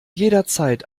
jederzeit